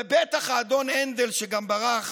ובטח האדון הנדל, שגם ברח